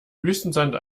wüstensand